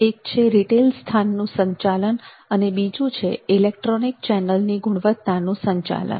એક છે રિટેલ સ્થાન નું સંચાલન અને બીજું છે ઇલેક્ટ્રોનિક ચેનલની ગુણવત્તાનું સંચાલન